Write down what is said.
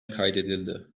kaydedildi